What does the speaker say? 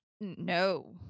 No